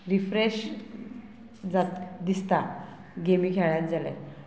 refresh जात दिसता गेमी खेळांत जाल्यार